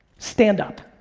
stand up.